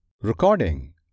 Recording